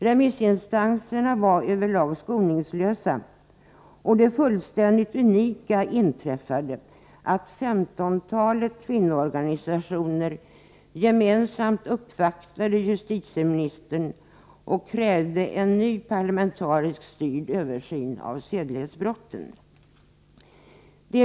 Remissinstanserna var över lag skoningslösa, och det fullständigt unika inträffade att femtontalet kvinnoorganisationer gemensamt uppvaktade justitieministern och krävde en ny, parlamentariskt styrd översyn av sedlighetsbrotten.